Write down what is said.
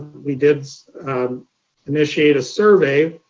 we did initiate a survey,